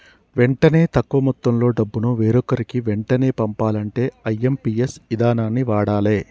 వెంటనే తక్కువ మొత్తంలో డబ్బును వేరొకరికి వెంటనే పంపాలంటే ఐ.ఎమ్.పి.ఎస్ ఇదానాన్ని వాడాలే